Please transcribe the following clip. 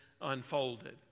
unfolded